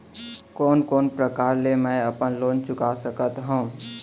कोन कोन प्रकार ले मैं अपन लोन चुका सकत हँव?